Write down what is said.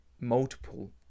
multiple